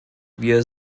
wir